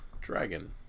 Dragon